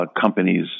companies